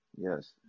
Yes